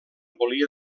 volia